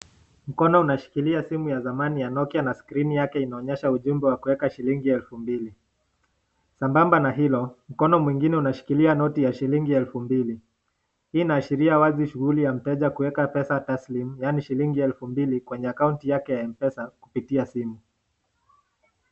Mkono unashikilia simu ya dhamani ya Nokia na scrini yake inaonyesha ujumbe wa kuweka shilingi elfu mbili, sambamba na hilo mkono mwingine unashikilia noti ya shilingi elfu mbili, hii inahashiria wazi shughulii ya mteja kuweka pesa taslim yaani shilingi elfu mbili kwenye akaunti yake ya (cs)mpesa(vs) kupitia simu.